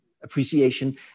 appreciation